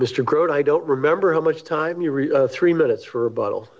mr grote i don't remember how much time you read three minutes for a bottle